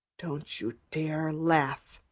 don't you dare laugh,